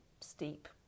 steep